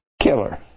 killer